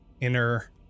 inner